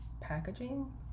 packaging